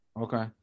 Okay